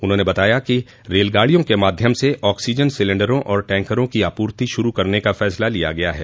उन्होंने कहा कि रेलगाड़ियों के माध्यम से ऑक्सीजन सिलेंडरों और टैंकरों की आपूर्ति शुरू करने का फैसला लिया गया है